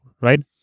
right